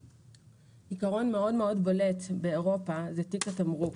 עיקרון מאוד מאוד בולט באירופה זה תיק התמרוק.